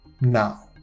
now